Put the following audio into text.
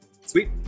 Sweet